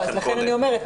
לכן אני אומרת,